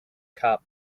cup